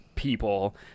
people